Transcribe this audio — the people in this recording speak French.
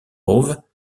howe